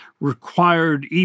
required